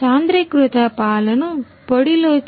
సాంద్రీకృత పాలును పొడి లోకి